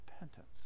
repentance